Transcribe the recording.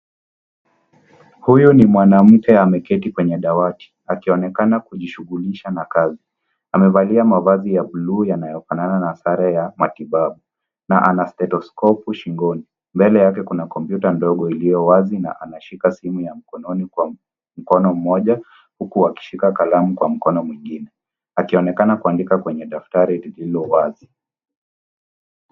Huyu ni mwanamke ameketi kwenye dawati, akionekana kujishughulisha na kazi. Amevalia mavazi ya buluu yanayofanana na sare ya matibabu na ana stetoskopu shingoni. Mbele yake kuna kompyuta ndogo iliyo wazi na anashika simu ya mkononi kwa mkono mmoja, huku akishika kalamu kwa mkono mwingine, akionekana kuandika kwenye daftari lililo wazi.